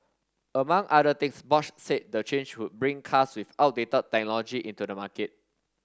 among other things Bosch said the change would bring cars with outdated technology into the market